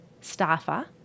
staffer